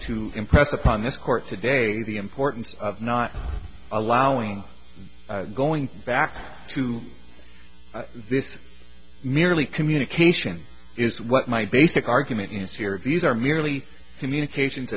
to impress upon this court today the importance of not allowing going back to this merely communication is what my basic argument is fear of these are merely communications